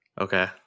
Okay